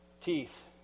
teeth